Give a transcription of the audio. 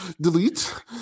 delete